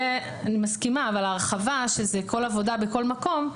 לזה אני מסכימה אבל ההרחבה שזה כל עבודה בכל מקום,